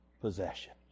possession